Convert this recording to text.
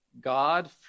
God